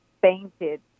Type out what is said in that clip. fainted